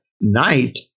night